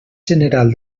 general